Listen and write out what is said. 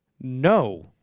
no